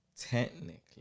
technically